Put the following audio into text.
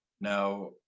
now